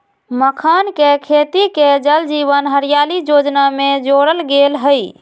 मखानके खेती के जल जीवन हरियाली जोजना में जोरल गेल हई